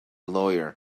lawyer